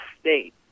state